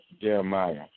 Jeremiah